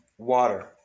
water